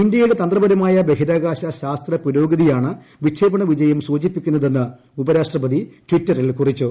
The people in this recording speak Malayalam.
ഇന്ത്യയുടെ തന്ത്രപരമായ ബഹിരാകാശ ശാസ്ത്ര പുരോഗതിയാണ് വിക്ഷേപണ വിജയം സൂചിപ്പിക്കുന്നതെന്ന് ഉപരാഷ്ട്രപതി ട്വിറ്ററിൽ കുറിച്ചു